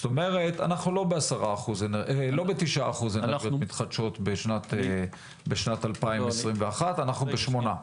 אנחנו לא ב-9% אנרגיות מתחדשות בשנת 2021 אלא ב-8.